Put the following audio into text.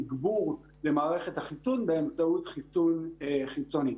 תגבור למערכת החיסון באמצעות חיסון חיצוני.